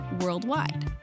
worldwide